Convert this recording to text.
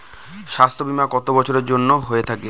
স্বাস্থ্যবীমা কত বছরের জন্য হয়ে থাকে?